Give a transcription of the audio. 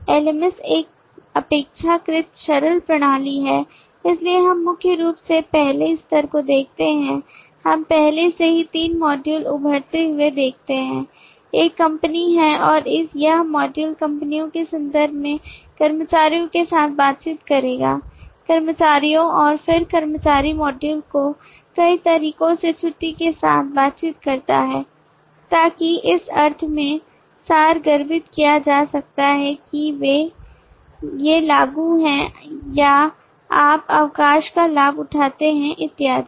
LMS एक अपेक्षाकृत सरल प्रणाली है इसलिए हम मुख्य रूप से पहले स्तर को देखते हैं हम पहले से ही तीन मॉड्यूल उभरते हुए देखते हैं एक कंपनी है और यह मॉड्यूल कंपनियों के संदर्भ में कर्मचारियों के साथ बातचीत करेगा कर्मचारियों और फिर कर्मचारी मॉड्यूल को कई तरीकों से छुट्टी के साथ बातचीत करता है ताकि इस अर्थ में सारगर्भित किया जा सकता है कि ये लागू हैं या आप अवकाश का लाभ उठाते हैं इत्यादि